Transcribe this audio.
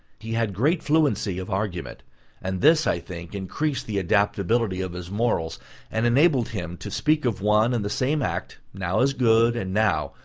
he had great fluency of argument and this, i think, increased the adaptability of his morals and enabled him to speak of one and the same act, now as good, and now,